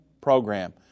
Program